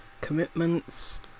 commitments